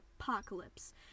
apocalypse